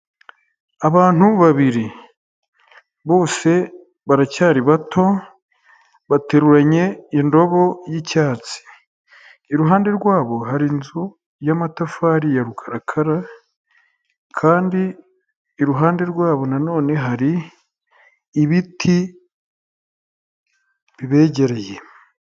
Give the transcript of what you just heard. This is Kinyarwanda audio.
Abantu babiri bose baracyari bato bateruranye indobo y'icyatsi iruhande rwabo hari inzu y'amatafari ya rukarakara, kandi iruhande rwabo nanone hari ibiti bibegereye.